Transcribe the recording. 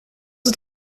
het